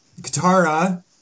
Katara